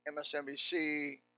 MSNBC